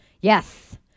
Yes